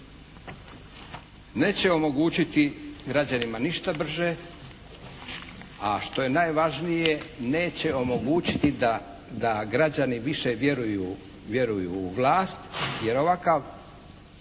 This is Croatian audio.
neće omogućiti građanima ništa brže, a što je najvažnije neće omogućiti da građani više vjeruju u vlast, jer ovakav